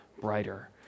brighter